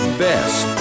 best